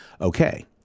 Okay